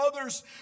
others